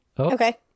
Okay